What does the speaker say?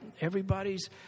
Everybody's